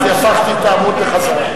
עוד לא הגעתי לזה.